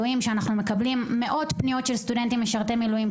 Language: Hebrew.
יש משרתי מילואים,